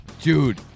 Dude